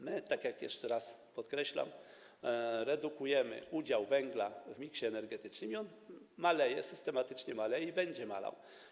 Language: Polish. My, tak jak jeszcze raz podkreślam, redukujemy udział węgla w miksie energetycznym - on maleje, systematycznie maleje i będzie malał.